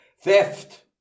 Theft